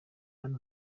hano